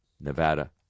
Nevada